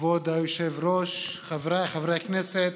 כבוד היושב-ראש, חבריי חברי הכנסת,